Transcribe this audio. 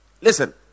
Listen